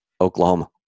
Oklahoma